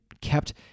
kept